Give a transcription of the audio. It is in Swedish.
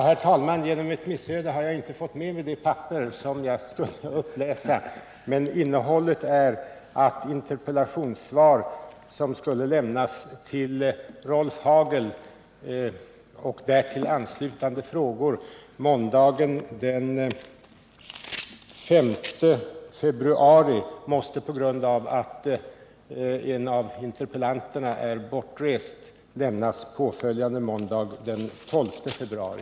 Herr talman! Det interpellationssvar till Rolf Hagel — och därtill anslutande frågesvar— som skulle lämnas måndagen den 5 februari måste på grund av att en av frågeställarna är bortrest lämnas påföljande måndag, den 12 februari.